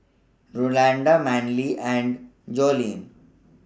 Rolanda Manly and Jolene